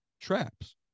traps